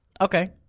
Okay